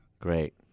Great